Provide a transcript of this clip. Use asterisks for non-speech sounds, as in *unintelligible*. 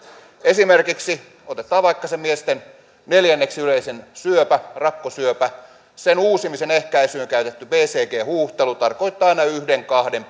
esimerkiksi vaikka se miesten neljänneksi yleisin syöpä rakkosyöpä niin sen uusimiseen ehkäisyyn käytetty bcg huuhtelu tarkoittaa aina yhden kahden *unintelligible*